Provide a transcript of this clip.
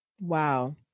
Wow